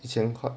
一千块